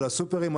על הסופרים,